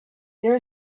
there